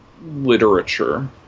literature